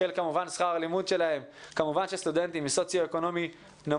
ועדת החינוך בנושא הסטודנטים.